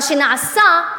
מה שנעשה,